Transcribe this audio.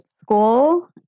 school